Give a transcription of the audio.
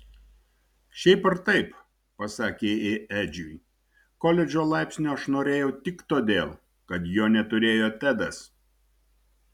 šiaip ar taip pasakė ji edžiui koledžo laipsnio aš norėjau tik todėl kad jo neturėjo tedas